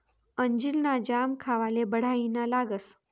अंजीर ना जाम खावाले बढाईना लागस